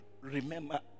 Remember